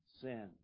sin